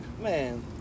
Man